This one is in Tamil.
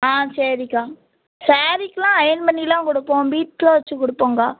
ஆ சரிக்கா ஸேரீக்கெலாம் அயர்ன் பண்ணிலாம் கொடுப்போம் பீட்ஸ்லாம் வெச்சுக் கொடுப்போங்க்கா